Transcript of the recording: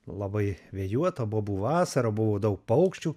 labai vėjuota bobų vasara buvo daug paukščių